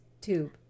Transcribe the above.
tube